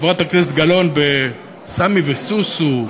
חברת הכנסת גלאון, ב"סמי וסוסו"